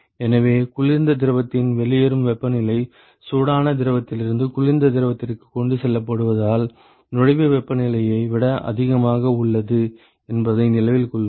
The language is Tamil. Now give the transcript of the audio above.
எனவே குளிர்ந்த திரவத்தின் வெளியேறும் வெப்பநிலை சூடான திரவத்திலிருந்து குளிர்ந்த திரவத்திற்கு கொண்டு செல்லப்படுவதால் நுழைவு வெப்பநிலையை விட அதிகமாக உள்ளது என்பதை நினைவில் கொள்ளுங்கள்